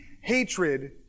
hatred